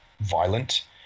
violent